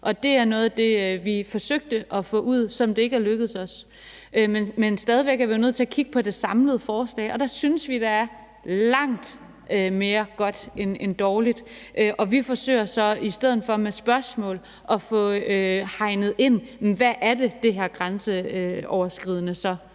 noget af det, vi forsøgte at få ud, selv om det ikke er lykkedes os. Men stadig væk er vi jo nødt til at kigge på det samlede forslag, og der synes vi, der er langt mere, der er godt, end dårligt, og vi forsøger så i stedet for med spørgsmål at få hegnet ind, hvad det så er, det med det grænseoverskridende